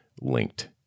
linked